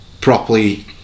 properly